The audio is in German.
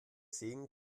sehen